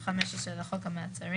החשש האמור או למשך 96 שעות מעת שהחשש